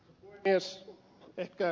ehkä ed